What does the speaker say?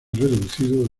reducido